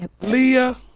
Leah